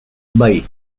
bai